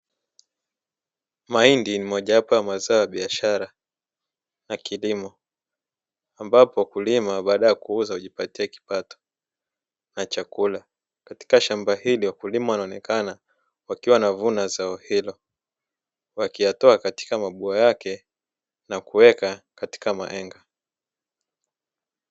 Mahindi ni mojawapo ya mazao ya biashara na kilimo, ambapo wakulima baada ya kuuza hujipatia kipato na chakula. Katika shamba hilo wakulima wanaonekana wakiwa wanavuna zao hilo, wakiyatoa katika mabua yake na kuweka katika matenga.